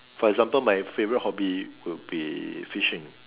for example my favourite hobby would be fishing